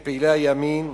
לפעילי הימין,